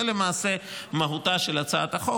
זאת למעשה מהותה של הצעת החוק.